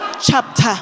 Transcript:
chapter